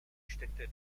städte